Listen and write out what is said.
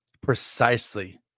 precisely